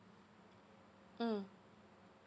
mm